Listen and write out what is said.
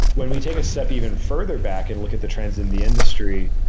when we take a step even further back and look at the trends in the industry,